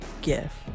gift